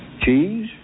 cheese